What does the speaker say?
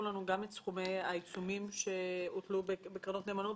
לנו את סכומי העיצומים שהוטלו בקרנות נאמנות.